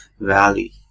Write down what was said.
Valley